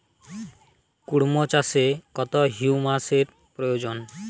কুড়মো চাষে কত হিউমাসের প্রয়োজন?